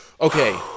Okay